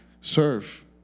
serve